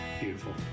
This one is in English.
beautiful